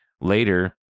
Later